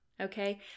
okay